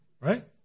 right